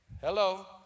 Hello